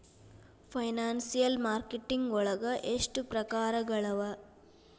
Financial marketing ವಳಗ ಎಷ್ಟ್ ಪ್ರಕ್ರಾರ್ಗಳವ?